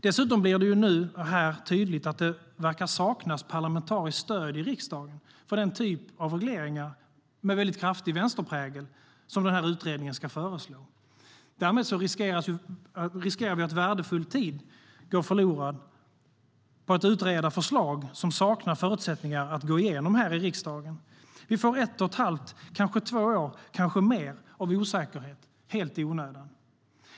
Dels blir det nu tydligt att det saknas parlamentariskt stöd i riksdagen för den typ av regleringar med kraftig vänsterprägel som utredningen ska föreslå. Därmed riskerar värdefull tid att gå förlorad på att utreda förslag som saknar förutsättningar för att gå igenom här i riksdagen. Vi får ett och ett halvt, kanske två år eller mer, av osäkerhet - helt i onödan.